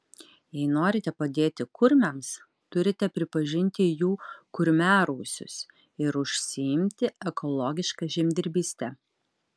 jei norite padėti kurmiams turite pripažinti jų kurmiarausius ir užsiimti ekologiška žemdirbyste